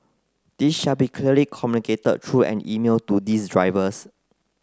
this shall be clearly communicated through an email to these drivers